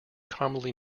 commonly